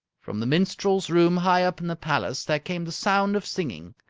from the minstrels' room high up in the palace there came the sound of singing.